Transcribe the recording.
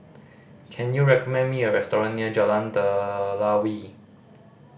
can you recommend me a restaurant near Jalan Telawi